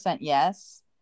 yes